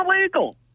illegal